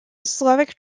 slavic